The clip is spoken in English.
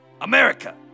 America